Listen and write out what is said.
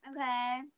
okay